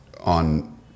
on